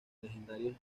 legendarios